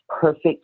perfect